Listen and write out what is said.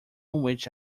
which